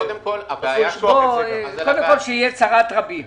קודם כל שיהיה צרת רבים.